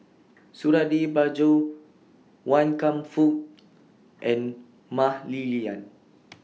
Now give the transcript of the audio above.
Suradi Parjo Wan Kam Fook and Mah Li Lian